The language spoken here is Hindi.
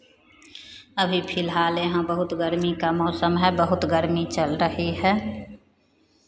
अभी फिलहाल यहाँ बहुत गर्मी का मौसम है बहुत गर्मी चल रही है